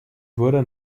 wurde